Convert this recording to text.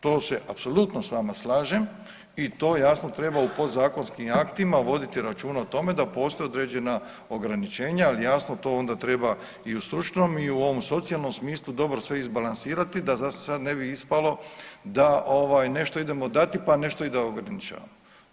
To se apsolutno s vama slažem i to jasno treba u podzakonskim aktima voditi računa o tome da postoje određena ograničenja, ali jasno to onda treba i u stručnom i u ovom socijalnom smislu dobro sve izbalansirati da za sad ne bi ispalo da ovaj nešto idemo dati, pa nešto da i ograničavamo.